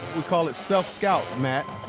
we call it self-scout, matt.